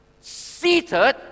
seated